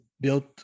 built